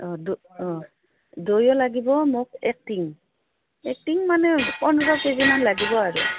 অঁ দ অঁ দৈয়ো লাগিব মোক একটিং একটিং মানে পোন্ধৰ কেজিমান লাগিব আৰু